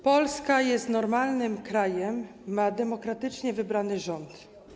Polska jest normalnym krajem, ma demokratycznie wybrany rząd.